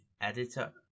Editor